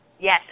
Yes